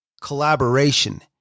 collaboration